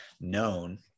known